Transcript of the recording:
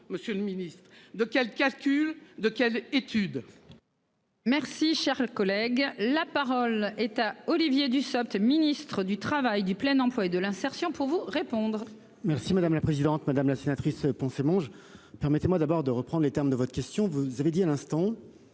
Monsieur le Ministre, de quel calcul de quelle étude.-- Merci Charles collègue, la parole est à Olivier Dussopt Ministre du Travail, du plein emploi et de l'insertion pour vous répondre. Merci madame la présidente, madame la sénatrice poncer Monge. Permettez-moi d'abord de reprendre les termes de votre question, vous avez dit à l'instant.